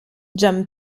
gian